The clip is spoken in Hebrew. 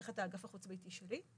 תחת האגף החוץ-ביתי שלי.